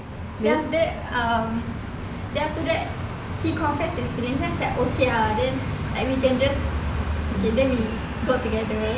then after that um then after that he confess his feelings that's like okay ah I I mean can just okay then we keluar together